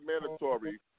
mandatory